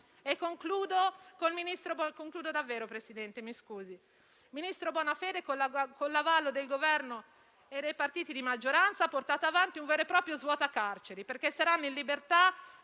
Concludo davvero, signor Presidente, mi scusi. Il ministro Bonafede, con l'avallo del Governo e dei partiti di maggioranza ha portato avanti un vero e proprio svuota carceri, perché saranno messi in libertà,